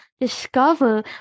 discover